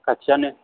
खाथियानो